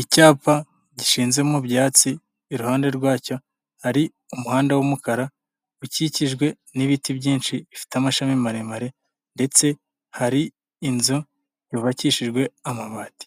Icyapa gishinze mu byatsi, iruhande rwacyo hari umuhanda w'umukara ukikijwe n'ibiti byinshi bifite amashami maremare, ndetse hari inzu yubakishijwe amabati.